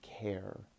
care